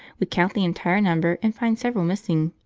we count the entire number and find several missing.